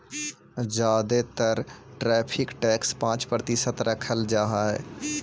जादे तर tariff tax पाँच प्रतिशत रखल जा हई